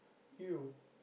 !eww!